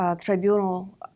tribunal